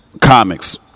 comics